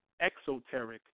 exoteric